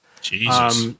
Jesus